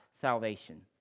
salvation